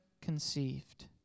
conceived